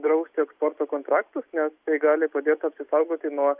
drausti eksporto kontraktus nes tai gali padėt apsisaugoti nuo